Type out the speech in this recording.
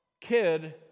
kid